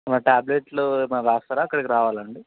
మరి ట్యాబ్లెట్లు ఏమన్న రాస్తారా అక్కడికి రావాలా అండి